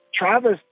Travis